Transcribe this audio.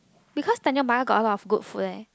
because tanjong-pagar got a lot of good food leh